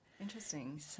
Interesting